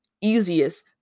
easiest